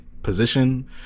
position